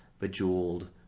Bejeweled